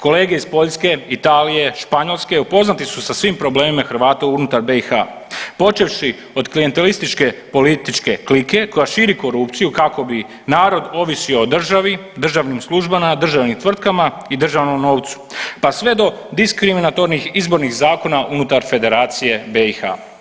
Kolege iz Poljske, Italije, Španjolske upoznati su sa svim problemima Hrvata unutar BiH, počevši od klijentelističke političke klike koja širi korupciju kako bi narod ovisio o državi, državnim službama, državnim tvrtkama i državnom novcu, pa sve do diskriminatornih izbornih zakona unutar Federacije BiH.